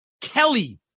Kelly